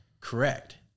Correct